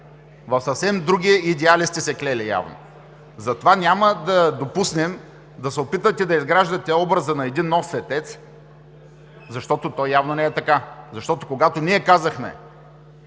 в съвсем други идеали сте се клели явно. Затова няма да допуснем да се опитвате да изграждате образа на един нов светец, защото явно не е така. Когато ние казахме,